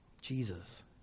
Jesus